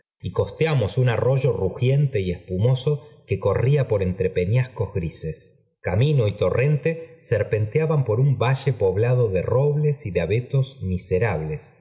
y costeamos un arroyo rugiente y espumoso que crría por entre peñascos í grises camino y torrente serpenteaban por un f valle poblado de robles y de abetos miserables